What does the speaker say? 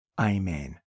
Amen